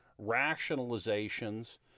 rationalizations